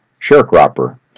sharecropper